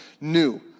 new